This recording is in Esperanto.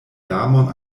damon